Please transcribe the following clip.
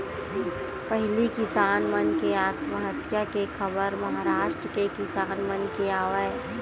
पहिली किसान मन के आत्महत्या के खबर महारास्ट के किसान मन के आवय